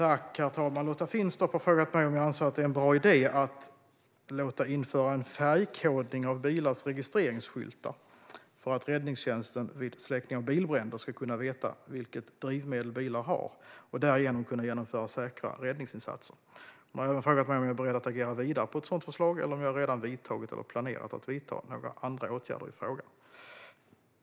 Herr talman! Lotta Finstorp har frågat mig om jag anser att det är en bra idé att låta införa en färgkodning av bilars registreringsskyltar för att räddningstjänsten vid släckning av bilbränder ska kunna veta vilket drivmedel bilar har och därigenom kunna genomföra säkra räddningsinsatser. Hon har även frågat mig om jag är beredd att agera vidare på ett sådant förslag eller om jag redan vidtagit eller planerat att vidta några andra åtgärder i frågan.